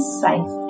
safe